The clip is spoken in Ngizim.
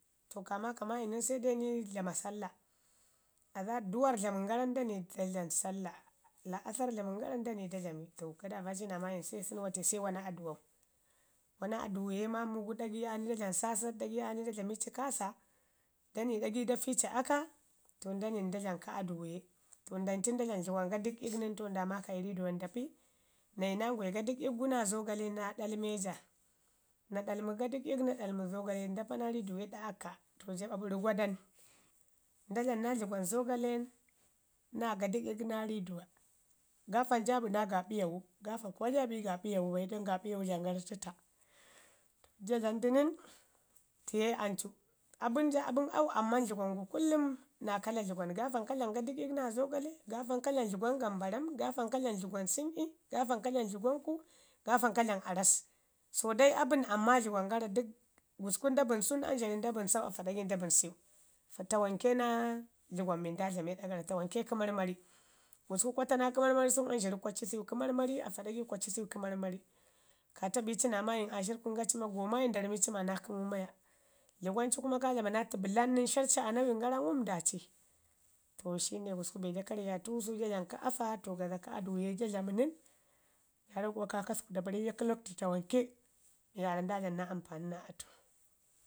to kaa maako nən se dai ni dlama Sallah, duwarr dlamən gara nən dani da dlamu Sallah, la'asarr dlamən gara nən dani da dlami to gadaro ci naa maayiru se wana aduwau wana aduwu gu ke maamu gu ɗagai aa ni da dlamu saasaɗi, ɗagai aa ni da dlami ci kaasa, dani ɗagi da fici aka, to nda nai nda dlami kə aduwu ye. To ndan ci nda dlami dlugwan gadək'ik nən to nda maaka riduwa nda pi, naa ya na ngwai gadək'ik gu naa zogale naa ɗalme ja, na ɗalmi gadək'ik no ɗalmi zogale, nda pa nan riduwa ii ɗa aka to ja ɓaɓari gwadam. Nda dlamu naa dlugwan zogalemi naa gadək'ik naa riduwa. Gaafan jo bi naa gabəyawu, gaafan jabi gaaɓəyawu bai gaaɗa gaaɓəywu dlamun gara təto. Ja dlamu du nən tiye ancu, abən ja abən au amman dlugwan gu kullum naa kala dlugwan, gaafan ka dlamu gadək'ik naa zogale gaafan ka dlamu dlegwan gambaram, gaafan ka dlamu dlugwan səni, gaafan ka dlamu dlugwanku gaafan ka dlamu dlugwanku gaafan ko dlamu arab. so dai abən, amman dlugwan gare dək, gusku nda bənyi sau, amzharu nda dlami sau afa ɗagau nda dlamu siwu. Fatawanke naa dlugwan mi nda dlame ɗa gara tawanke kə marmari gusku kwa ta naa kə marmari. Gusku kwata ta naa kə marmari sum, amzharu kwa ci kə marmari, afaɗagai kwa ci kə marmari. ka ta bi ci naa maayim aashir kun ga cimak go mayin da rami ci ma na kəmu maya. Dləgwan ci kuma ka dlama naa bəlan nən, sharci aa nawin gara wum daari. To shine gusku be ja karyatu su ja dlamu kə afa, to gaza kə adauwu ye ja dlamu nən, ja roko kaakasku da bari ja ke lakwtu tawanke mii waarra nda dlama ampani naa atu.